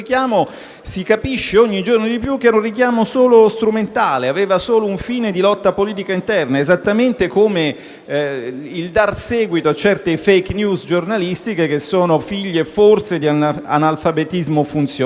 si capisce ogni giorno di più che era solo strumentale, che aveva solo un fine di lotta politica interna, esattamente come il dar seguito a certe *fake news* giornalistiche che sono figlie, forse, di analfabetismo funzionale,